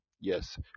yes